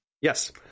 Yes